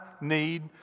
need